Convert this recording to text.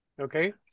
okay